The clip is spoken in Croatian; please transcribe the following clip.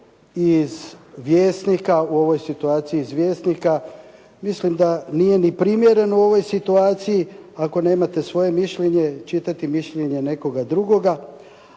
iz Vjesnika u ovoj situaciji, iz Vjesnika, mislim da nije ni primjereno u ovoj situaciji ako nemate svoje mišljenje, čitati mišljenje nekoga drugoga.